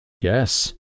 Yes